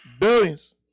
Billions